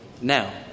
now